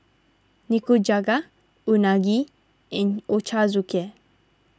Nikujaga Unagi and Ochazuke